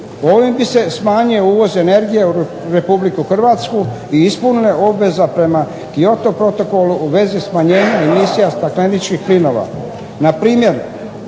Ovim bi se smanjio uvoz energije u Republiku Hrvatsku i ispunila obveza prema Kyoto protokolu u vezi smanjenja emisija stakleničkih plinova.